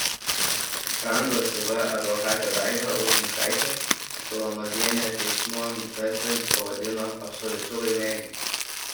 rangos iv advokatė daiva ušinskaitė filonovienė teismo nutartį pavadino absoliučiu laimėjimu